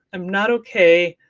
i'm not okay,